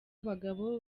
abagabo